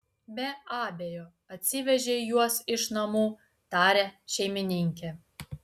be abejo atsivežei juos iš namų taria šeimininkė